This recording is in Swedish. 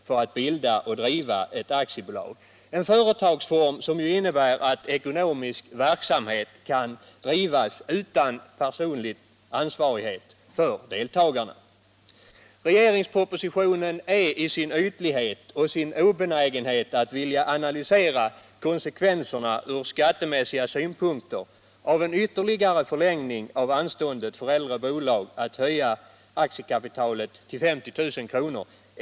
för att bilda och driva ett företag, en företagsform som innebär att ekonomisk verksamhet kan drivas utan personlig ansvarighet för deltagarna. Regeringspropositionen är i sin ytlighet och sin obenägenhet att vilja analysera konsekvenserna från skattemässiga synpunkter av en ytterligare förlängning av anståndet för äldre bolag att höja aktiekapitalet till 50 000 kr.